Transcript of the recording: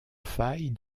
faille